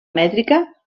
mètrica